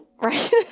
Right